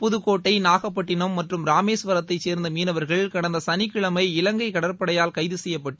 புதுக்கோட்டை நாகப்பட்டினம் மற்றும் ராமேஸ்வரத்தைச் சேர்ந்த மீனவர்கள் கடந்த சனிக்கிழமை இவங்கை கடற்படையால் கைது செய்யப்பட்டு